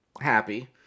happy